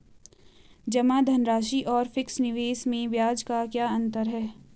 जमा धनराशि और फिक्स निवेश में ब्याज का क्या अंतर है?